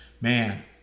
Man